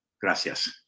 Gracias